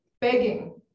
begging